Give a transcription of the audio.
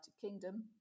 Kingdom